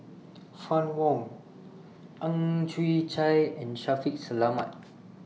Fann Wong Ang Chwee Chai and Shaffiq Selamat